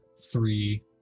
three